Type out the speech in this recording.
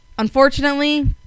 Unfortunately